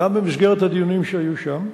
גם במסגרת הדיונים שהיו שם,